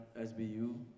SBU